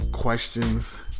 questions